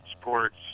sports